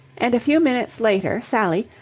and a few minutes later, sally,